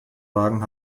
wagen